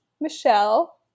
Michelle